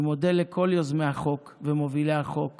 אני מודה לכל יוזמי החוק ומובילי החוק